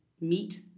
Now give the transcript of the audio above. meet